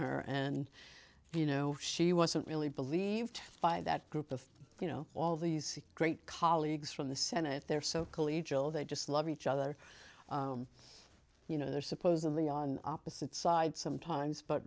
her and you know she wasn't really believed by that group of you know all these great colleagues from the senate they're so collegial they just love each other you know they're supposedly on opposite sides sometimes but